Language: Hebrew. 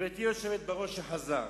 גברתי היושבת בראש שחזרה,